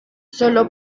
solo